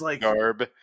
garb